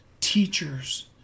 teachers